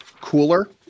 cooler